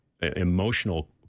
emotional